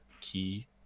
key